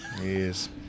Yes